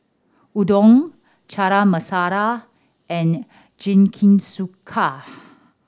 Udon Chana Masala and Jingisukan